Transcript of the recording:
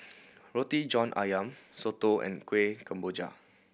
Roti John Ayam soto and Kueh Kemboja